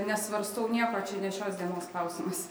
nesvarstau nieko čia ne šios dienos klausimas